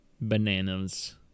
bananas